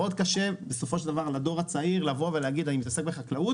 קשה מאוד לדור הצעיר להגיד: אני מתעסק בחקלאות.